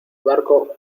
barco